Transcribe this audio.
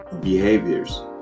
behaviors